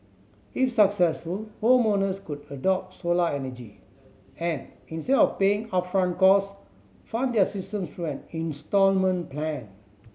if successful homeowners could adopt solar energy and instead of paying upfront cost fund their systems through an instalment plan